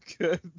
good